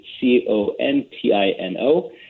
C-O-N-T-I-N-O